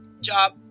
job